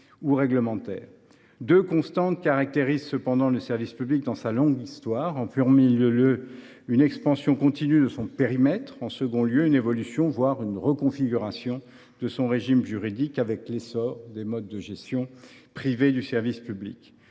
ou réglementaire. Deux constantes caractérisent cependant le service public dans sa longue histoire : en premier lieu, une expansion continue de son périmètre ; en second lieu, une évolution, voire une reconfiguration de son régime juridique, avec l’essor des modes de gestion privée du service public.